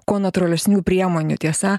kuo natūralesnių priemonių tiesa